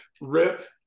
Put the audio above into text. rip